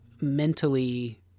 mentally